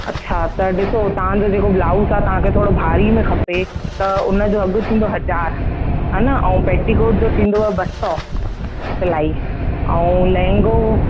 अच्छा त ॾिसो तव्हांजो जेको ब्लाउस आहे तव्हां खे थोरो भारी में खपे त उन जो अघु थींदो हज़ार हा न ऐं पेटीकोट जो थींदुव ॿ सौ सिलाई ऐं लहंगो